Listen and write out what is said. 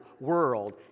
world